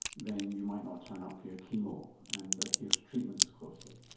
then you might not turn up for your chemo and adhere to treatment as closely.